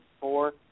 four